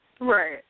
Right